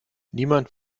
niemand